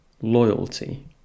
loyalty